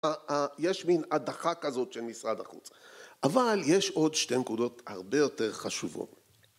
יש מין הדחה כזאת של משרד החוץ, אבל יש עוד שתי מקודות הרבה יותר חשובות.